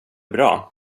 bra